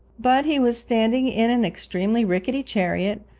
but he was standing in an extremely rickety chariot,